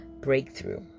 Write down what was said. Breakthrough